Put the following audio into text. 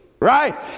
Right